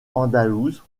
andalouse